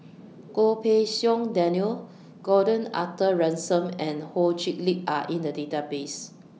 Goh Pei Siong Daniel Gordon Arthur Ransome and Ho Chee Lick Are in The Database